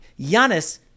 Giannis